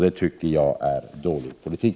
Det tycker jag är en dålig politik.